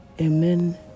amen